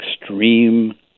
extreme